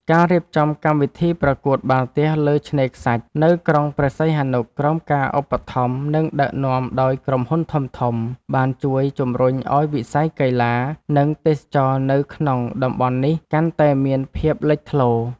ការរៀបចំកម្មវិធីប្រកួតបាល់ទះលើឆ្នេរខ្សាច់នៅក្រុងព្រះសីហនុ ក្រោមការឧបត្ថម្ភ និងដឹកនាំដោយក្រុមហ៊ុនធំៗ បានជួយជំរុញឱ្យវិស័យកីឡា និងទេសចរណ៍នៅក្នុងតំបន់នេះកាន់តែមានភាពលេចធ្លោ។